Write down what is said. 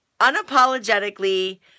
unapologetically